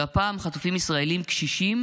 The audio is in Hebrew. הפעם חטופים ישראלים קשישים,